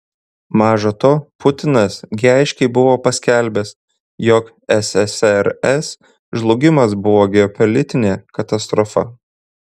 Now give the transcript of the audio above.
maža to putinas gi aiškiai buvo paskelbęs jog ssrs žlugimas buvo geopolitinė katastrofa